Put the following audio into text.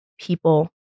people